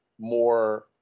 more